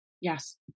Yes